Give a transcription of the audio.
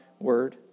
word